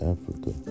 Africa